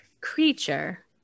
creature